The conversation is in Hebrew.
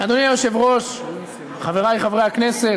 אדוני היושב-ראש, חברי חברי הכנסת,